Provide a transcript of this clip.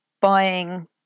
buying